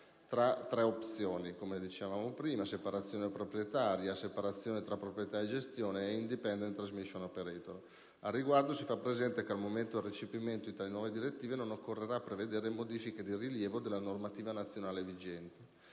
tra tre opzioni, come dicevamo prima: separazione proprietaria, separazione tra proprietà e gestione e *Indipendent Transmission Operator*. Al riguardo, si fa presente che al momento del recepimento di tali nuove direttive non occorrerà prevedere modifiche di rilievo della normativa nazionale vigente.